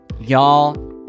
Y'all